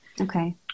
Okay